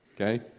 Okay